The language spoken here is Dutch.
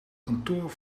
kantoor